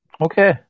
Okay